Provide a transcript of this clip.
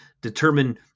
determine